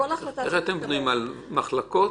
אתם בנויים על מחלקות?